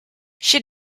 she